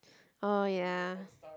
oh ya